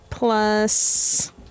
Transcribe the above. Plus